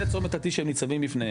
זה צומת ה-T שהם ניצבים בפניהם,